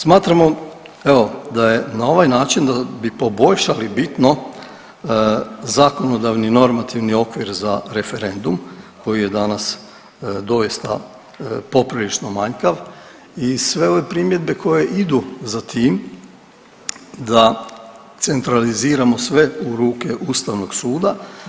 Smatramo evo da je, na ovaj način bi poboljšali bitno zakonodavni normativni okvir za referendum koji je danas doista poprilično manjkav i sve ove primjedbe koje idu za tim da centraliziramo sve u ruke ustavnog suda.